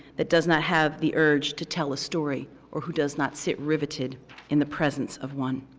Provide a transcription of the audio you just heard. that does not have the urge to tell a story or who does not sit riveted in the presence of one?